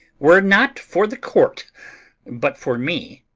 were not for the court but for me,